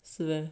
是的